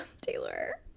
Taylor